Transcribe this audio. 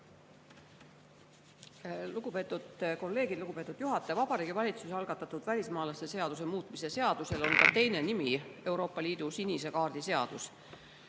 Lugupeetud kolleegid! Lugupeetud juhataja! Vabariigi Valitsuse algatatud välismaalaste seaduse muutmise seadusel on ka teine nimi: Euroopa Liidu sinise kaardi seadus.